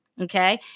Okay